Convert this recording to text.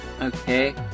Okay